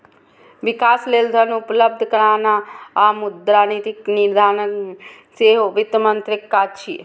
विकास लेल धन उपलब्ध कराना आ मुद्रा नीतिक निर्धारण सेहो वित्त मंत्रीक काज छियै